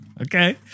Okay